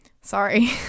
Sorry